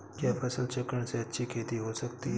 क्या फसल चक्रण से अच्छी खेती हो सकती है?